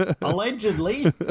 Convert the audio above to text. Allegedly